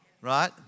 Right